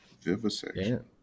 vivisection